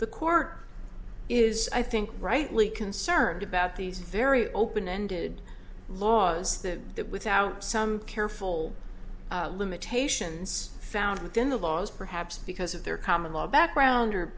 the court is i think rightly concerned about these very open ended laws that that without some careful limitations found within the laws perhaps because of their common law background or